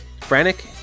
frantic